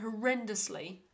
horrendously